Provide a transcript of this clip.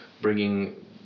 bringing